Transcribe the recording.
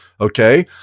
okay